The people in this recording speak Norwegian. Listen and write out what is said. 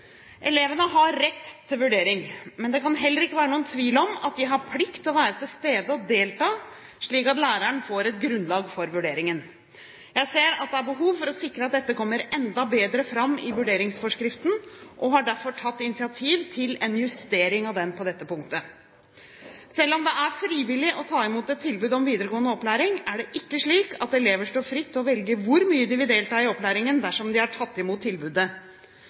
Elevene har rett til vurdering. Men det kan heller ikke være noen tvil om at de har plikt til å være til stede og delta, slik at læreren får et grunnlag for vurderingen. Jeg ser at det er behov for å sikre at dette kommer enda bedre fram i vurderingsforskriften, og har derfor tatt initiativ til en justering av den på dette punktet. Selv om det er frivillig å ta imot et tilbud om videregående opplæring, er det ikke slik at elever står fritt til å velge hvor mye de vil delta i opplæringen dersom de har tatt imot tilbudet.